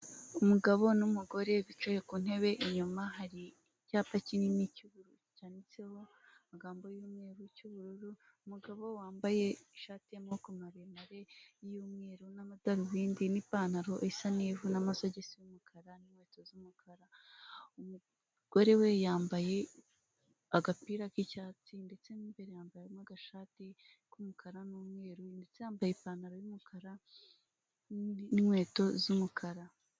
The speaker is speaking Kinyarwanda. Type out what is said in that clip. Umugabo n'umugore bicaye ku ntebe inyuma hari icyapa kinini cy'ubururu cyanditseho amagambo y'umweru cy'ubururu, umugabo wambaye ishati y'amaboko maremare y'umweru n'amadarubindi n'ipantaro isa n'ivu n'amasogisi y'umukara n'inkweto z'umukara, umugore we yambaye agapira k'icyatsi ndetse mo imbere yambayemo gashati k'umukara n'umweru yambaye ipantaro y'umukara n'ikweto z'umukara.